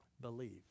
believe